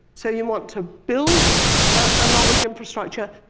so you want to build a knowledge infrastructure,